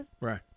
right